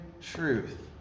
truth